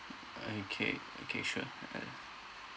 okay okay sure I'll